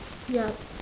ya